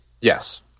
Yes